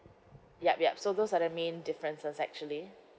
yup yup so those are the main differences actually